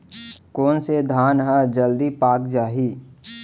कोन से धान ह जलदी पाक जाही?